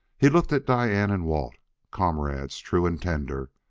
he looked at diane and walt comrades true and tender.